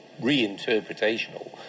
reinterpretational